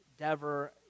Dever